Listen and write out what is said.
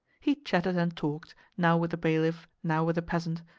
he chatted and talked, now with the bailiff, now with a peasant,